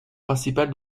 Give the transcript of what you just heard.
principal